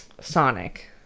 Sonic